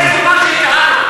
זה סגנון של כהנא.